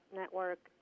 network